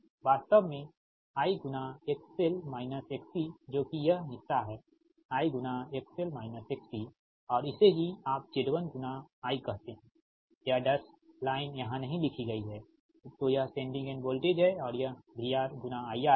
तो परिणामी वास्तव में I जो कि यह हिस्सा है I और इसे ही आप Z1 गुना I कहते हैं यह डैश लाइन यहाँ नहीं लिखी गई है तो यह सेंडिंग इंड वोल्टेज है और यहVR गुना IR है